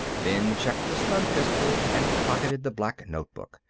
then checked the stun-pistol and pocketed the black notebook,